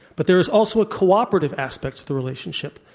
but there is also a cooperative aspect to the relationship,